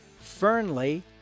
Fernley